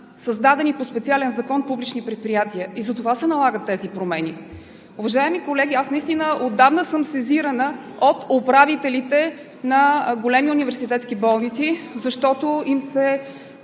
създадени по специален закон публични предприятия и затова се налагат тези промени. Уважаеми колеги, аз наистина отдавна съм сезирана от управителите на големи университетски болници, защото бяха